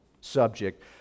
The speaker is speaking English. subject